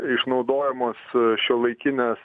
išnaudojamos šiuolaikinės